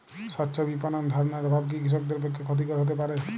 স্বচ্ছ বিপণন ধারণার অভাব কি কৃষকদের পক্ষে ক্ষতিকর হতে পারে?